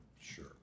Sure